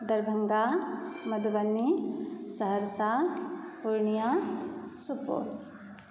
Darbhanga Madhubani Saharsa Purnia Supaul